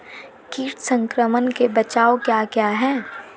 कीट संक्रमण के बचाव क्या क्या हैं?